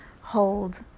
hold